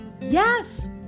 yes